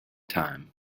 time